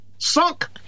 sunk